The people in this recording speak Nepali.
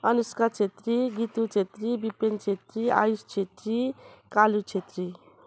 अनुष्का छेत्री गीतु छेत्री विपिन छेत्री आयुष छेत्री कालु छेत्री